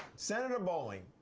senator bolling,